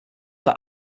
that